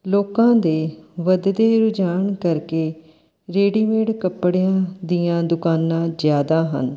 ਲੋਕਾਂ ਦੇ ਵੱਧਦੇ ਰੁਝਾਨ ਕਰਕੇ ਰੇਡੀਮੇਡ ਕੱਪੜਿਆਂ ਦੀਆਂ ਦੁਕਾਨਾਂ ਜ਼ਿਆਦਾ ਹਨ